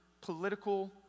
political